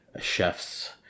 chefs